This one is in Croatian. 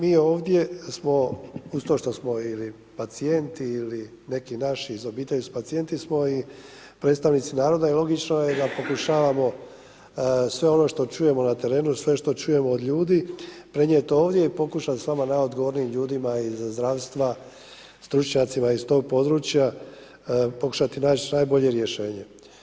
Mi ovdje smo uz to što smo ili pacijenti ili neki naši iz obitelji, pacijenti smo i predstavnici naroda i logično je da pokušavamo sve ono što čujemo na terenu, sve ono što čujemo od ljudi prenijeti ovdje i pokušati s vama najodgovornijim ljudima iz zdravstva, stručnjacima iz tog područja pokušati naći najbolje rješenje.